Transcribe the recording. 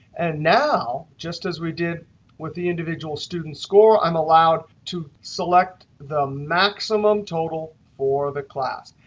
and now, just as we did with the individual student's score, i'm allowed to select the maximum total for the class.